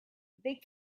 they